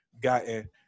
gotten